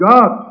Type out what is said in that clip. God